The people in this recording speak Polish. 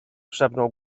szepnął